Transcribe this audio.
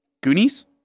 Goonies